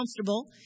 comfortable